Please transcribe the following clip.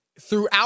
throughout